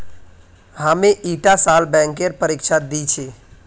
हामी ईटा साल बैंकेर परीक्षा दी छि